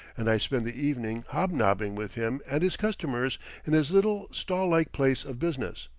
and i spend the evening hobnobbing with him and his customers in his little stall-like place of business.